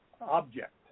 object